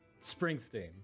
Springsteen